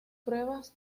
pruebas